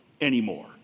anymore